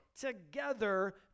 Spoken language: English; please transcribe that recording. together